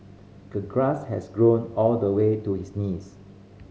the grass has grown all the way to his knees